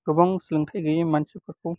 गोबां सोलोंथाइ गैयै मानसिफोरखौ